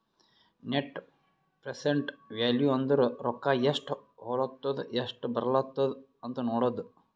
net present value ಅಂದುರ್ ರೊಕ್ಕಾ ಎಸ್ಟ್ ಹೊಲತ್ತುದ ಎಸ್ಟ್ ಬರ್ಲತ್ತದ ಅಂತ್ ನೋಡದ್ದ